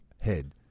head